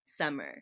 summer